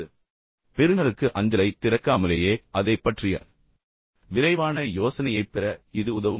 எனவே ஒட்டுமொத்தமாக பெறுநருக்கு அஞ்சலைத் திறக்காமலேயே அதைப் பற்றிய விரைவான யோசனையைப் பெற இது உதவும்